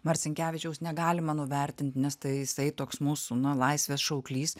marcinkevičiaus negalima nuvertint nes tai jisai toks mūsų na laisvės šauklys